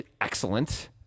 excellent